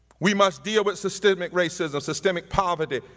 we must deal with systemic racism, systemic poverty,